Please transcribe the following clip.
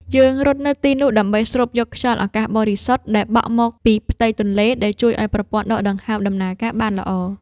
យើងរត់នៅទីនោះដើម្បីស្រូបយកខ្យល់អាកាសបរិសុទ្ធដែលបក់មកពីផ្ទៃទន្លេ ដែលជួយឱ្យប្រព័ន្ធដកដង្ហើមដំណើរការបានល្អ។